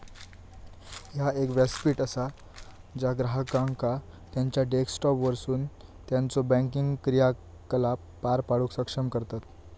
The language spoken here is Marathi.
ह्या एक व्यासपीठ असा ज्या ग्राहकांका त्यांचा डेस्कटॉपवरसून त्यांचो बँकिंग क्रियाकलाप पार पाडूक सक्षम करतत